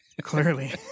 clearly